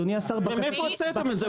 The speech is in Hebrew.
מאיפה הוצאתם את זה?